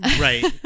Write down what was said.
Right